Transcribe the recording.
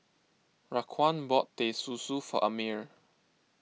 Raquan bought Teh Susu for Amir